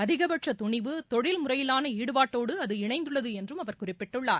அதிகபட்ச துணிவு தொழில் முறையிலான ஈடுபாட்டோடு அது இணைந்துள்ளது என்றும் அவர் குறிப்பிட்டுள்ளார்